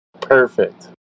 Perfect